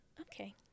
Okay